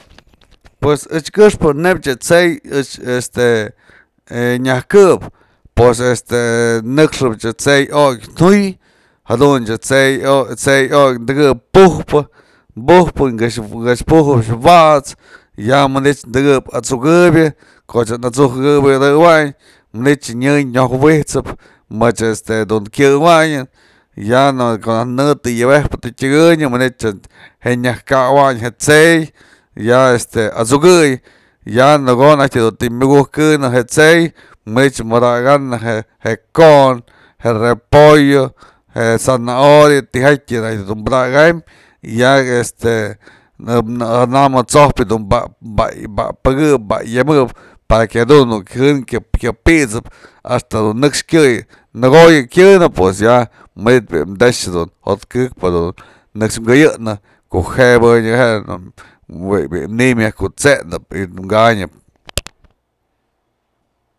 Pues echkëxpë neyb je tse'ey ëch este nyajkëp, pues este nëkxëpëch tse'ey okyë juy, jadunt's je tse'ey okyë dëkëp pujpë, pujpë këx pujëpy wa'ts, ya manytë dëkëp at'sukëpyë, koch at'sukëbyadëwynë, manytë nyë nyojwijt'sëp mëch este dun kyëwanyën y ya ko'o najk në të yebejpë tyëkënyë manytë je nyajkawyn je t'se'ey y ya este at'sukëy, y ya nako'o najk du të myëkuj kënë je ts'ey manytë padakanë je ko'on, je repollo, je zanahoria, tijatyë najkë dun padaka'am y ya este janam ja t'sojpyë du pa'apëkëp pa'ayëmëp para que jadun je jën kya pit'sëp a'axta du nëxk kyëy, nëkoyë kyënë, manytë bi'i te'ex je jo'ot këkpë jadun nëxk këyëjnë kujbënyëp jenëp, bi'i niy myaj kut'sejnëp manytë kanyëp